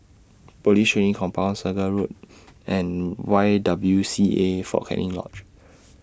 Police Training Command Segar Road and Y W C A Fort Canning Lodge